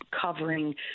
covering